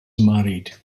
married